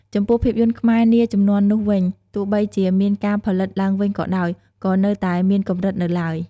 ចំពោះភាពយន្តខ្មែរនាជំនាន់នោះវិញ ទោះបីជាមានការផលិតឡើងវិញក៏ដោយ ក៏នៅតែមានកម្រិតនៅឡើយ។